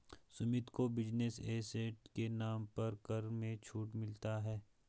सुमित को business asset के नाम पर कर में छूट मिलता है